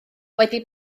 wedi